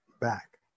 back